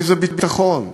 איזה ביטחון?